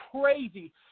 crazy